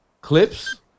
Clips